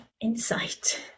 insight